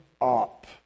up